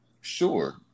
sure